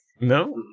No